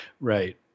Right